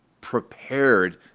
prepared